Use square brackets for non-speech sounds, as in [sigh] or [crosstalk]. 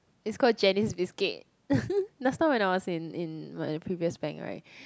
it's called jenny's biscuit [laughs] last time when I was in in my previous bank right